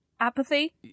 Apathy